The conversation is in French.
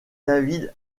david